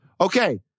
Okay